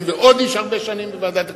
ועוד איש שהרבה שנים בוועדת הכספים,